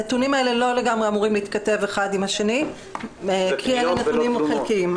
הנתונים האלה לא לגמרי אמורים להתכתב אחד עם השני כי אלה נתונים חלקיים.